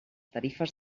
tarifes